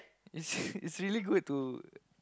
it's really good to